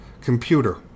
computer